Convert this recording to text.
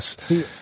See